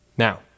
Now